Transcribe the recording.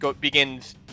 begins